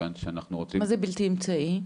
מה זה בלתי אמצעי?